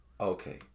okay